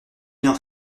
bien